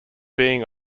being